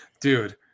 Dude